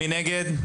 מי נגד?